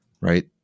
Right